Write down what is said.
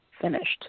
finished